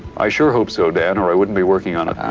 i sure hope so, dan, or i wouldn't be working on it.